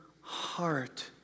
heart